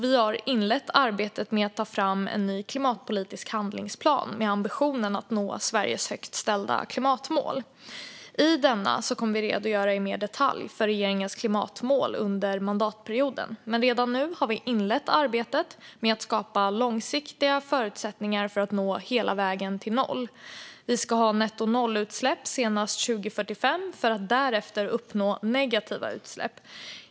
Vi har inlett arbetet med att ta fram en ny klimatpolitisk handlingsplan med ambitionen att nå Sveriges högt ställda klimatmål. I denna kommer vi att redogöra mer i detalj för regeringens klimatmål för mandatperioden. Men redan nu har vi inlett arbetet med att skapa långsiktiga förutsättningar för att nå hela vägen till noll. Vi ska ha nettonollutsläpp senast 2045 för att därefter uppnå negativa utsläpp.